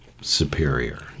superior